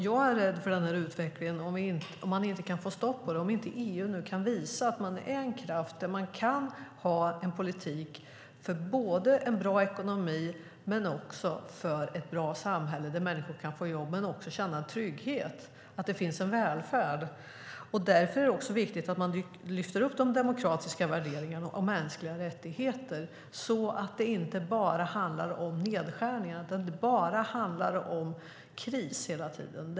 Jag är rädd för den här utvecklingen, om man inte kan få stopp på det och om inte EU nu kan visa att man är en kraft som kan ha en politik för en bra ekonomi men också för ett bra samhälle där människor kan få jobb och känna trygghet. Det handlar om att det finns en välfärd. Därför är det viktigt att man lyfter upp de demokratiska värderingarna om mänskliga rättigheter, så att det inte bara handlar om nedskärningar och kris.